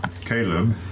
Caleb